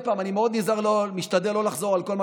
אני מאוד נזהר ומשתדל שלא לחזור על כל מה